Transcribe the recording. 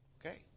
Okay